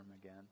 again